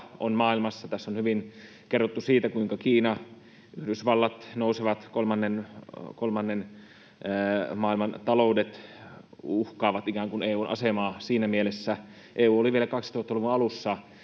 on maailmassa: Tässä on hyvin kerrottu siitä, kuinka Kiina, Yhdysvallat, nousevat kolmannen maailman taloudet uhkaavat ikään kuin EU:n asemaa siinä mielessä. EU oli vielä 2000-luvun alussa